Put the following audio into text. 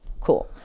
cool